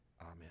Amen